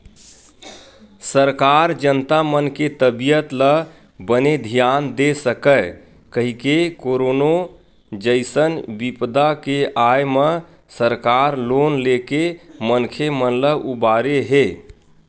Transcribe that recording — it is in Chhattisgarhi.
सरकार जनता मन के तबीयत ल बने धियान दे सकय कहिके करोनो जइसन बिपदा के आय म सरकार लोन लेके मनखे मन ल उबारे हे